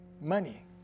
money